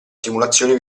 simulazione